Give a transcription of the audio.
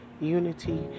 unity